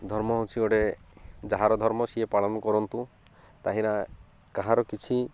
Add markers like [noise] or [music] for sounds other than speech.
ଧର୍ମ ହେଉଛି ଗୋଟେ ଯାହାର ଧର୍ମ ସିଏ ପାଳନ କରନ୍ତୁ [unintelligible] କାହାର କିଛି